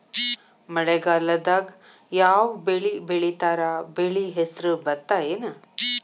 ಮಳೆಗಾಲದಾಗ್ ಯಾವ್ ಬೆಳಿ ಬೆಳಿತಾರ, ಬೆಳಿ ಹೆಸರು ಭತ್ತ ಏನ್?